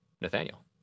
Nathaniel